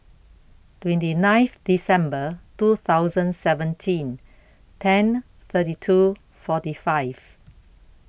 twenty ninth December two thousand seventeen ten thirty two forty five